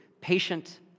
patient